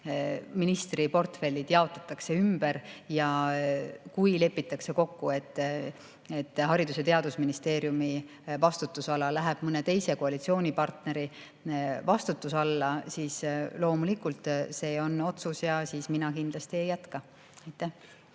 ministriportfellid jaotatakse ümber ja kui lepitakse kokku, et Haridus- ja Teadusministeeriumi vastutusala läheb mõne teise koalitsioonipartneri vastutuse alla, siis loomulikult see on otsus ja siis mina kindlasti ei jätka. Tänan!